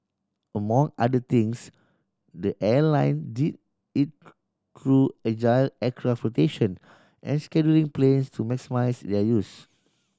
among other things the airline did it through agile aircraft and scheduling planes to maximise their use